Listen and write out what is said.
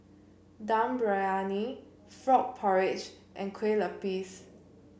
Dum Briyani Frog Porridge and Kueh Lapis